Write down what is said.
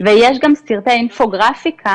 ויש גם סרטי אינפוגרפיקה